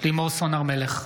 לימור סון הר מלך,